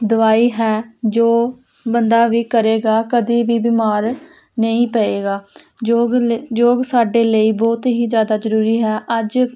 ਦਵਾਈ ਹੈ ਜੋ ਬੰਦਾ ਵੀ ਕਰੇਗਾ ਕਦੀ ਵੀ ਬਿਮਾਰ ਨਹੀਂ ਪਵੇਗਾ ਯੋਗ ਯੋਗ ਸਾਡੇ ਲਈ ਬਹੁਤ ਹੀ ਜ਼ਿਆਦਾ ਜ਼ਰੂਰੀ ਹੈ ਅੱਜ